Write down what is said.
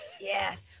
yes